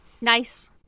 Nice